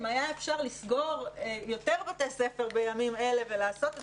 אם היה אפשר לסגור יותר בתי ספר בימים אלה ולעשות את